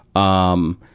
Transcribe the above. um,